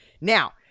Now